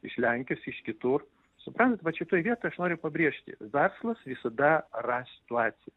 iš lenkijos iš kitur suprantat vat šitoj vietoj aš noriu pabrėžti verslas visada ras situaciją